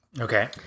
Okay